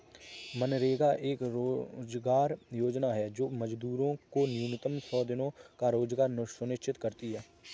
मनरेगा एक रोजगार योजना है जो मजदूरों को न्यूनतम सौ दिनों का रोजगार सुनिश्चित करती है